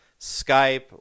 skype